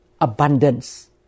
abundance